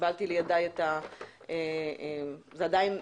זה עדיין טיוטה?